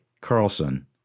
Carlson